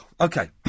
Okay